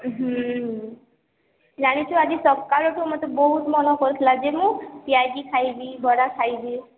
ହୁଁ ଜାଣିଛୁ ଆଜି ସକାଳଠୁ ମୋତେ ବହୁତ ମନ କରିଥିଲା ଯେ ମୁଁ ପିଆଜି ଖାଇବି ବରା ଖାଇବି